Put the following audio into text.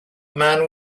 man